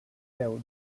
déu